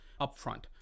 upfront